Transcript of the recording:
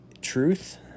truth